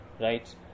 right